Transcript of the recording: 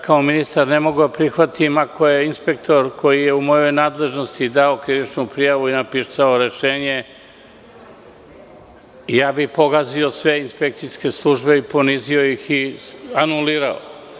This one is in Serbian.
Kao ministar ne mogu da prihvatim, ako je inspektor koji je u mojoj nadležnosti dao krivičnu prijavu i napisao rešenje, pogazio bih sve inspekcijske službe, ponizio ih i anulirao.